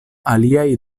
aliaj